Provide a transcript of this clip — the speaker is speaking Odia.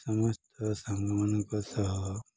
ସମସ୍ତ ସାଙ୍ଗମାନଙ୍କ ସହ